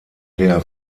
der